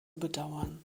bedauern